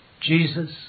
Jesus